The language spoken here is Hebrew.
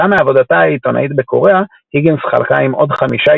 כתוצאה מעבודתה העיתונאית בקוריאה היגינס חלקה עם עוד חמישה